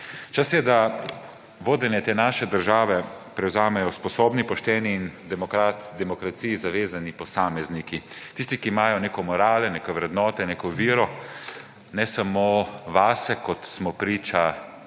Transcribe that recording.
Čas je, da vodenje te naše države prevzamejo spodobni, pošteni in demokraciji zavezani posamezniki; tisti, ki imajo neko moralo, neke vrednote, neko vero ne samo vase, kot smo priča